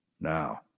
now